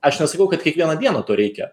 aš nesakau kad kiekvieną dieną to reikia